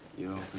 you